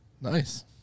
Nice